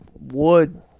wood